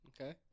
Okay